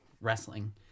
wrestling